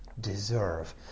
deserve